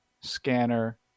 scanner